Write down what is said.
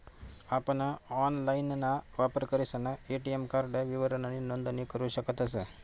आपण ऑनलाइनना वापर करीसन ए.टी.एम कार्ड विवरणनी नोंदणी करू शकतस